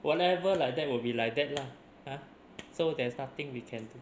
whatever like that will be like that lah !huh! so there's nothing we can do